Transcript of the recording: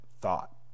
Thought